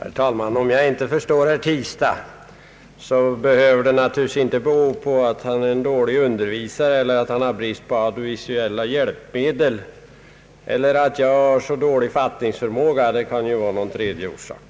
Herr talman! Om jag inte förstår herr Tistad så behöver det naturligtvis inte bero på att han är en dålig undervisare eller har brist på audovisuella hjälpmedel eller på att jag har så dålig fattningsförmåga. Det kan ju finnas någon tredje orsak.